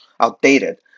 outdated